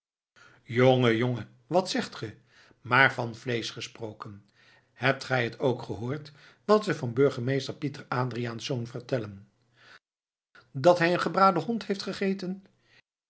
jongen jongen wat ge zegt maar van vleesch gesproken hebt gij het ook gehoord wat ze van burgemeester pieter adriaensz vertellen dat hij eenen gebraden hond heeft gegeten